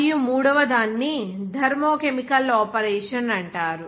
మరియు మూడవ దాన్ని థర్మో కెమికల్ ఆపరేషన్ అంటారు